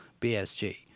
BSG